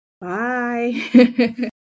bye